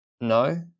No